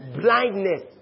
Blindness